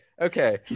Okay